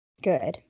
Good